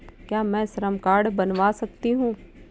क्या मैं श्रम कार्ड बनवा सकती हूँ?